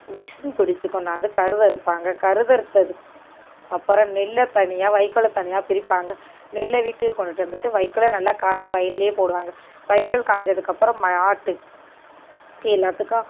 machine பிடிச்சி கொண்டாந்து கருது அறுப்பாங்க கருதறுத்தது அப்பறம் நெல்லை தனியாக வைக்கோலை தனியாக பிரிப்பாங்க நெல்லை வீட்டுக்கு கொண்டுகிட்டு வந்துவிட்டு வைக்கோலை நல்லா காய வயல்லேயே போடுவாங்க வைக்கோல் காய்ஞ்சதுக்கப்பறம் ஆட்டுக்கு எல்லாத்துக்கும்